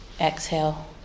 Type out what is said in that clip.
exhale